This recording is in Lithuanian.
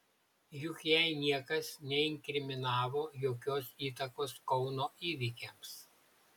juk jai niekas neinkriminavo jokios įtakos kauno įvykiams